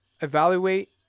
evaluate